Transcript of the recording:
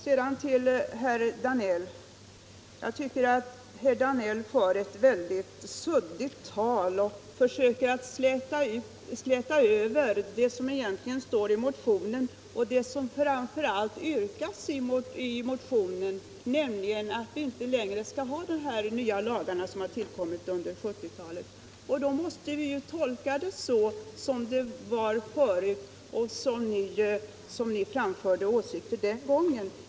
Jag tycker att herr Danell för ett suddigt tal och försöker att släta över vad som står i motionen och framför allt vad som yrkas i motionen, nämligen att vi inte längre skall ha de lagar på detta område som tillkommit under 1970-talet. Då måste vi tolka det så att ni vill ha det som det var förut och att ni har de åsikter som ni framförde den gången.